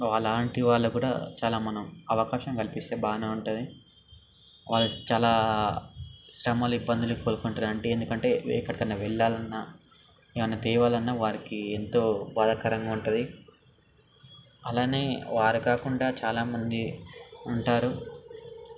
అలాంటి వాళ్ళు కూడా చాలా మనం అవకాశం కల్పిస్తే బాగానే ఉంటుంది వాళ్ళు చాలా శ్రమలు ఇబ్బందులు కోలుకుంటారు అంటే ఎందుకంటే ఎక్కడికన్నా వెళ్ళాలన్నా ఏమైనా తేవాలన్న వారికి ఎంతో బాధాకరంగా ఉంటుంది అలానే వారు కాకుండా చాలామంది ఉంటారు